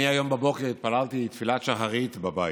אני היום בבוקר התפללתי תפילת שחרית בבית.